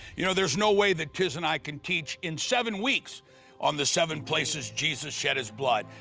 you know, there's no way that tiz and i can teach in seven weeks on the seven places jesus shed his blood.